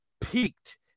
peaked